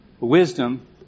wisdom